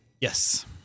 Yes